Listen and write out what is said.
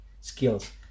skills